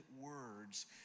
words